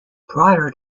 prior